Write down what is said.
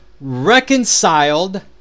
reconciled